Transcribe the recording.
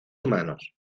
humanos